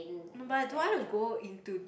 no but I don't want to go into